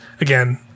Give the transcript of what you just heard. again